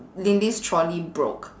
lin lee's trolley broke